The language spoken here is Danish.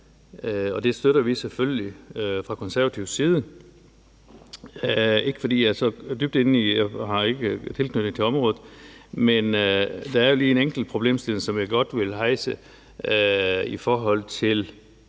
og det støtter vi selvfølgelig fra konservativ side. Det er jo ikke, fordi jeg er så dybt inde i området og har tilknytning til det, men der er, når vi taler L 176, lige en enkelt problemstilling, som jeg godt vil rejse i forhold til